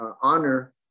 honor